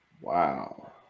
Wow